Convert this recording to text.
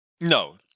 No